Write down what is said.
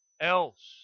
else